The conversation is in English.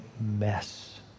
mess